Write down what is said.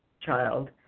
child